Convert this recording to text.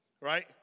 right